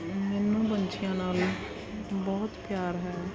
ਮੈਨੂੰ ਪੰਛੀਆਂ ਨਾਲ ਬਹੁਤ ਪਿਆਰ ਹੈ